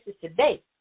today